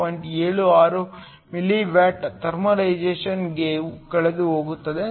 76 milliwatt thermalisation ಗೆ ಕಳೆದುಹೋಗುತ್ತದೆ